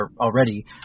already